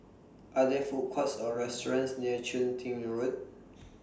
Are There Food Courts Or restaurants near Chun Tin Road